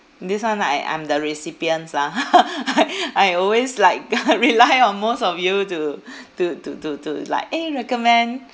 this [one] I I'm the recipients lah I I always like rely on most of you to to to to to like eh recommend